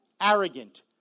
arrogant